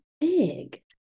big